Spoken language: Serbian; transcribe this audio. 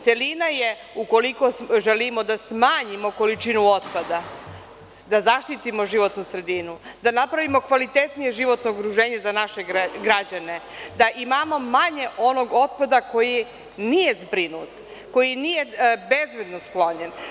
Celina je ukoliko želimo da smanjimo količinu otpada, da zaštitimo životnu sredinu, da napravimo kvalitetnije životno okruženje za naše građane, da imamo manje onog otpada koji nije zbrinut, koji nije bezbedno sklonjen.